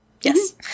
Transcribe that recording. Yes